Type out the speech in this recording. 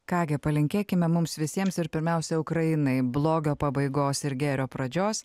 ką gi palinkėkime mums visiems ir pirmiausia ukrainai blogio pabaigos ir gėrio pradžios